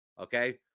okay